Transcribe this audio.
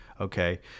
Okay